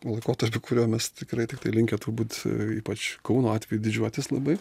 laikotarpiu kuriuo mes tikrai tikrai linkę turbūt ypač kauno atveju didžiuotis labai